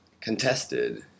contested